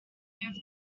beyond